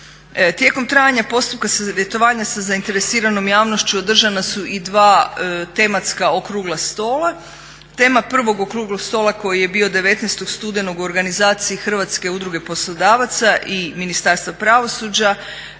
Tijekom trajanja postupka savjetovanja sa zainteresiranom javnošću održana su i dva tematska okrugla stola. Tema prvog okruglog stola koje je bio 19.studenog u organizaciji Hrvatske udruge poslodavaca i Ministarstva pravosuđa